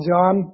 John